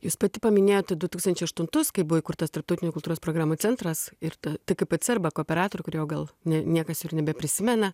jūs pati paminėjote du tūkstančiai aštuntus kai buvo įkurtas tarptautinių kultūros programų centras ir tkpc arba kooperatorių kurio gal ne niekas ir nebeprisimena